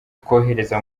twohereza